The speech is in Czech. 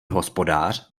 hospodář